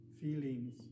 feelings